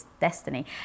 destiny